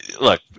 look